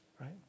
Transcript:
Right